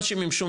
מה שמימשו,